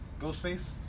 Ghostface